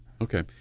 Okay